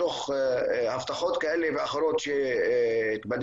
מתוך הבטחות כאלה ואחרות שהתבדינו,